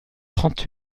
trente